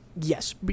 yes